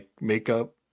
makeup